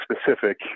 specific